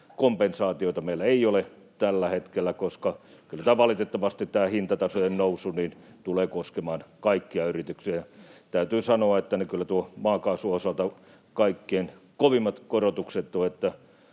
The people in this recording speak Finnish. kompensaatioita meillä ei ole tällä hetkellä, koska kyllä valitettavasti tämä hintatasojen nousu tulee koskemaan kaikkia yrityksiä. Täytyy sanoa, että kyllä tuon maakaasun osalta on kaikkein kovimmat korotukset: